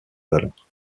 valeur